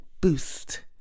boost